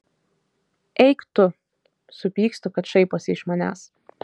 eik tu supykstu kad šaiposi iš manęs